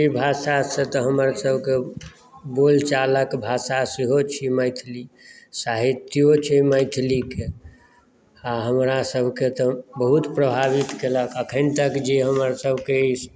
भाषासँ तऽ हमरा सबके बोलचालक भाषा सेहो छी मैथिली साहित्यो छै मैथिलीके आ हमरा सबकेँ तऽ बहुत प्रभावित कयलक अखन तक जे हमर सबकेँ